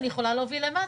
אני יכולה להוביל מלמטה.